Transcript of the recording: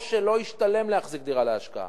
או שלא ישתלם להחזיק דירה להשקעה,